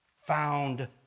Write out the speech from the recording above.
found